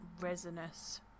resinous